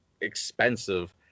expensive